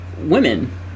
women